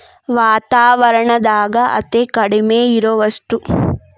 ವಾತಾವರಣದಾಗ ಅತೇ ಕಡಮಿ ಇರು ವಸ್ತು